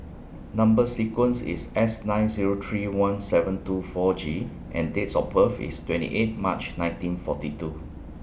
Number sequence IS S nine Zero three one seven two four G and Dates of birth IS twenty eight March nineteen forty two